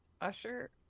Usher